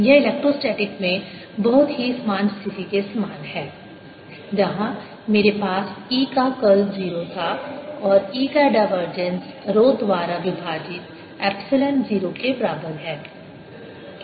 यह इलेक्ट्रोस्टैटिक्स में बहुत ही समान स्थिति के समान है जहाँ मेरे पास E का कर्ल 0 था और E का डायवर्जेंस रो द्वारा विभाजित एप्सिलॉन 0 के बराबर है